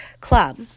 club